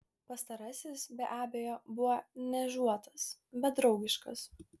pastarasis be abejo buvo niežuotas bet draugiškas